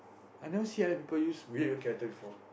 I never see any people use weird weird character before